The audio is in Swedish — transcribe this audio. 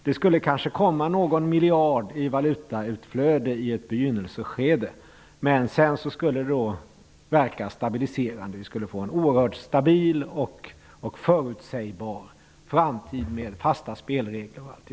Det skulle kanske bli någon miljard i valutautflöde i ett begynnelseskede. Men sedan skulle det bli en stabiliserande verkan. Vi skulle få en oerhört stabil och förutsägbar framtid med fasta spelregler.